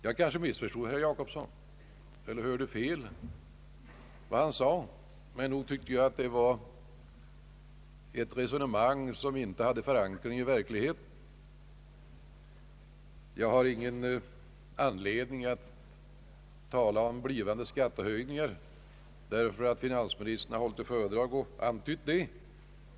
Jag kanske missförstod herr Gösta Jacobsson eller hörde fel, men nog tyckte jag att han förde ett resonemang, som inte hade förankring i verkligheten. Jag har ingen anledning att tala om blivande skattehöjningar därför att finansministern hållit ett föredrag och antytt detta.